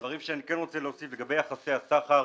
דברים שאני רוצה להוסיף לגבי יחסי הסחר.